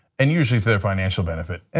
and usually their financial benefit.